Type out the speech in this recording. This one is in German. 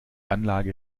anlage